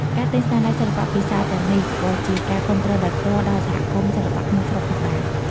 ការទិញស្នាដៃសិល្បៈពីសាលទាំងនេះក៏ជាការគាំទ្រដោយផ្ទាល់ដល់សហគមន៍សិល្បៈក្នុងស្រុកផងដែរ។